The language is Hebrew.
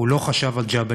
הוא לא חשב על ג'בל-מוכבר,